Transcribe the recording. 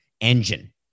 engine